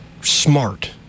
smart